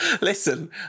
Listen